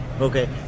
Okay